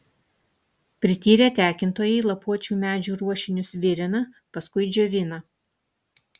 prityrę tekintojai lapuočių medžių ruošinius virina paskui džiovina